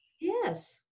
Yes